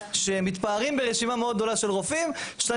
שמתפארים ברשימה מאוד גדולה של רופאים וכשאתה